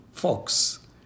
folks